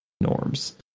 norms